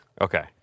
Okay